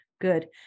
Good